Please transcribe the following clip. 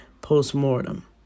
post-mortem